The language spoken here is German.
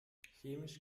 chemisch